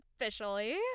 Officially